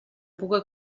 puga